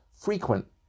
frequent